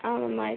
ಹಾಂ ಮ್ಯಾಮ್ ಆಯಿತು